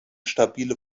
stabile